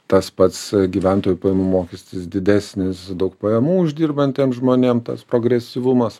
tas pats gyventojų pajamų mokestis didesnis daug pajamų uždirbantiem žmonėm tas progresyvumas